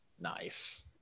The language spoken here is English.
Nice